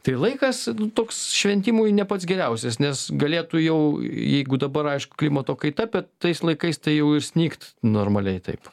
tai laikas toks šventimui ne pats geriausias nes galėtų jau jeigu dabar aišku klimato kaita bet tais laikais tai jau ir snigt normaliai taip